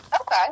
Okay